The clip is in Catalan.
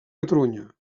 catalunya